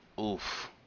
oof